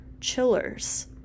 chillers